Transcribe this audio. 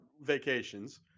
vacations –